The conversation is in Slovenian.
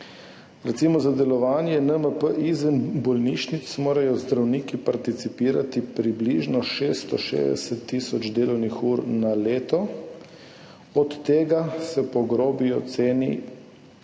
Recimo, za delovanje NMP izven bolnišnic morajo zdravniki participirati približno 660 tisoč delovnih ur na leto, od tega po grobi oceni